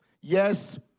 yes